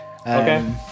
Okay